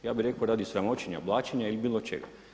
Ja bih rekao radi sramoćenja, blaćenja ili bilo čega.